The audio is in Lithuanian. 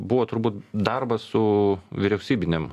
buvo turbūt darbas su vyriausybinėm